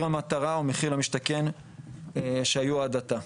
למטרה או מחיר למשתכן שהיו עד עתה.